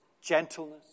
gentleness